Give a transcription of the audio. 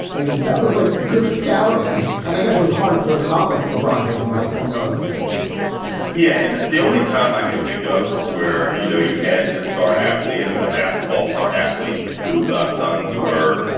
i mean, that was like good scouting. and i guess it was hard to not look at lebron james. and nice gonna go, oh, this guy's gonna be amazing yeah. and the only time i can think of where, you know, you had this star athlete and a basketball star athlete whose ah sons were,